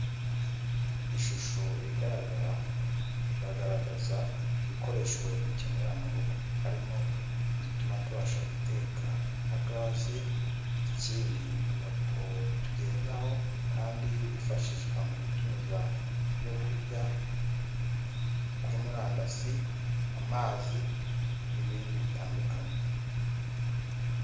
Ishusho igaragara, iragaragaza ibikoresho dukenera mu rugo, harimo igituma tubasha guteka nka gazi, ikindi ni moto tugendaho kandi yifashishwa mu gutumiza ibyo kurya kuri murandasi, amazi n'ibindi bitandukanye.